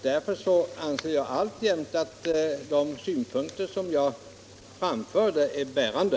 Därför anser jag alltjämt att de synpunkter som jag framförde tidigare är bärande.